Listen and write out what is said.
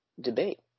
debate